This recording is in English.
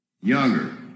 Younger